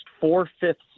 four-fifths